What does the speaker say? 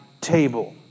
table